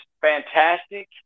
fantastic